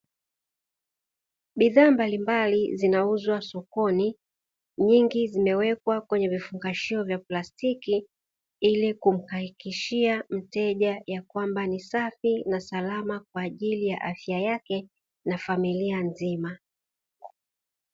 Bidhaa mbalimbali zinauzwa sokoni nyingi zimefungwa kwenye vifungashio vya plastiki, ili kumuhakikishia mteja yakwamba ni safi na salama kwa afya yake na familia nzima.